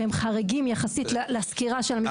שהם חריגים יחסית לסקירה של המשפט המקובל,